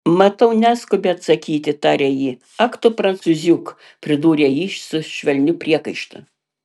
matau neskubi atsakyti tarė ji ak tu prancūziuk pridūrė ji su švelniu priekaištu